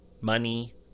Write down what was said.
money